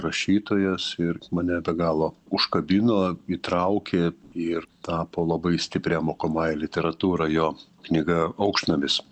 rašytojas ir mane be galo užkabino įtraukė ir tapo labai stipria mokomąja literatūra jo knyga aukštnamis